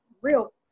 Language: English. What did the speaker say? real